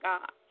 God